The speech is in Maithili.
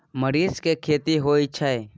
मरीच के खेती होय छय?